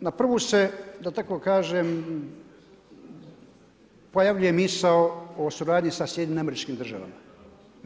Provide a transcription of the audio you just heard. na prvu se da tako kažem pojavljuje misao o suradnji sa SAD-om.